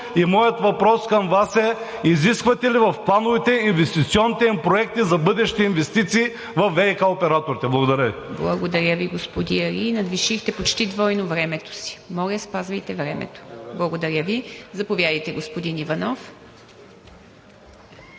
и моят въпрос към Вас е: изисквате ли в плановете инвестиционните им проекти за бъдещи инвестиции във ВиК операторите? Благодаря Ви. ПРЕДСЕДАТЕЛ ИВА МИТЕВА: Благодаря Ви, господин Али. Надвишихте почти двойно времето си. Моля, спазвайте времето! Благодаря Ви. Заповядайте, господин Иванов.